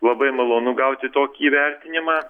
labai malonu gauti tokį įvertinimą